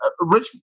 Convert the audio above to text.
rich